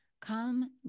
Come